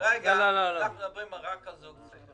אנחנו מדברים רק על זוג צעיר